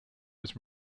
was